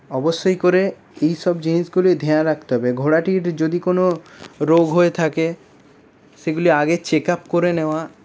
অবশ্যই করে এইসব জিনিসগুলি ধ্যান রাখতে হবে ঘোড়াটির যদি কোনো রোগ হয়ে থাকে সেগুলি আগে চেকআপ করে নেওয়া